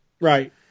Right